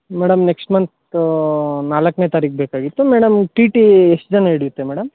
madam next month ನಾಲ್ಕನೇ ತಾರೀಕು ಬೇಕಾಗಿತ್ತು ಮೇಡಮ್ ಟಿ ಟಿ ಎಷ್ಟು ಜನ ಹಿಡಿಯುತ್ತೆ ಮೇಡಮ್